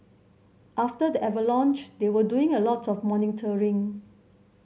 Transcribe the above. after the avalanche they were doing a lot of monitoring